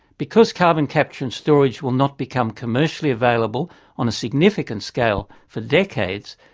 because carbon capture and storage will not become commercially available on a significant scale for decades,